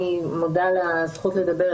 אני מודה על הזכות לדבר.